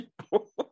people